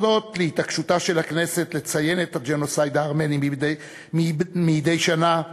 הודות להתעקשותה של הכנסת לציין את הג'נוסייד הארמני מדי שנה,